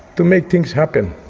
to make things happen.